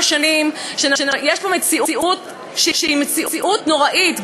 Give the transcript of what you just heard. שנים שיש פה מציאות שהיא מציאות נוראית,